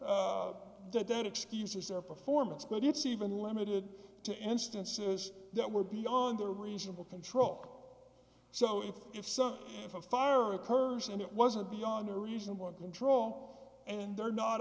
that that excuses their performance but it's even limited to instances that were beyond the reasonable control so if such a fire occurs and it wasn't beyond a reasonable control and they're not